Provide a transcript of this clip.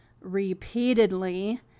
repeatedly